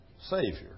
Savior